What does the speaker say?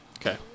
Okay